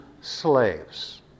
slaves